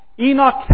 Enoch